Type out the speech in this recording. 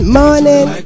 morning